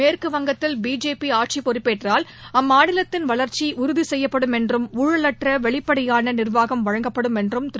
மேற்குவங்கத்தில் பிஜேபி ஆட்சி பொறுப்பு ஏற்றால் அம்மாநிலத்தின் வளா்ச்சி உறுதி செய்யப்படும் என்றும் ஊழலற்ற வெளிப்படையான நிர்வாகம் வழங்கப்படும் என்றும் திரு